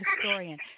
historian